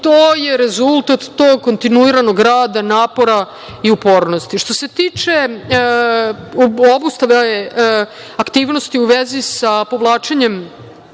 to je rezultat tog kontinuiranog rada, napora i upornosti. Što se tiče obustave aktivnosti u vezi sa povlačenjem